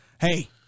Hey